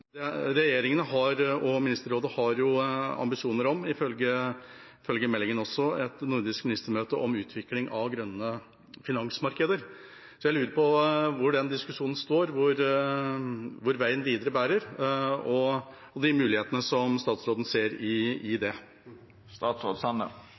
ministermøte om utvikling av grønne finansmarkeder. Så jeg lurer på hvor den diskusjonen står, hvor veien videre bærer, og de mulighetene som statsråden ser i